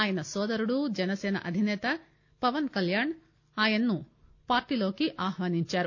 ఆయన నోదరుడు జనసేన అధినేత పవన్ కళ్యాణ్ ఆయనను పార్టీలోకి ఆహ్వానించారు